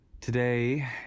Today